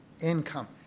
income